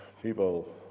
People